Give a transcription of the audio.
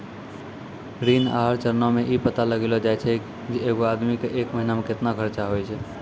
ऋण आहार चरणो मे इ पता लगैलो जाय छै जे एगो आदमी के एक महिना मे केतना खर्चा होय छै